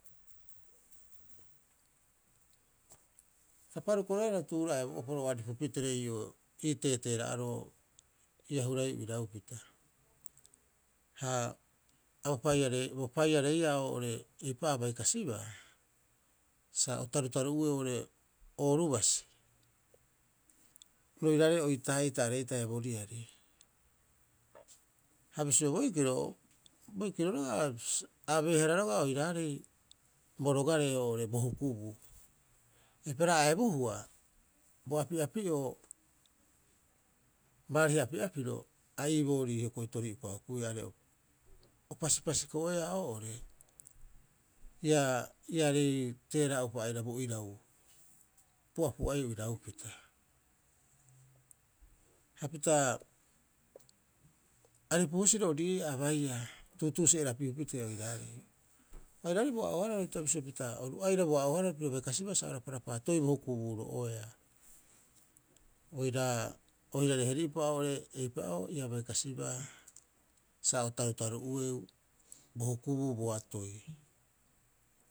Ta parukoroehara tuura'a haia bo oporo o ari'aripu pitee ii'oo ii teeteera'aroo ia hraiiu iraupita. Ha a bopaiareiia oo'ore eipa'oo abai kasibaa sa o tarutaru'ueu oo'ore ooru basi roiraarei oitaa'ita aree'ita haia bo riari. Ha bisio boikiro, boikiro roga'a a abeehara roga'a oiraarei borogare oo'ore bo hukubuu. Eipaareha a ebuhua bo api'api'oo baariha api'apiro a iiborii tori'upa hukuia are opaipasi ko'eea oo'ore iarei teera'upa aira bo irau pu'apu'aiu iraupita. Hapita aripu husiro ori ii'aa a baiia tuutuusi'erapiu pitee oiraarei. Airaarei boa'oohararo hita bisio pita oru aira boa'oohararo piro bai kasibaa sa o raparapaatooiu bo hukubuuro'oeeaa oirare heri'upa oo'ore eipa'oo abai kasiba sa o tarutaru'ueu bo hukubuu boatoi.